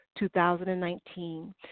2019